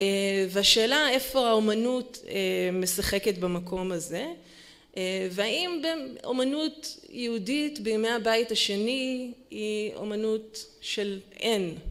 והשאלה איפה האומנות משחקת במקום הזה, והאם גם אומנות יהודית בימי הבית השני היא אומנות של אין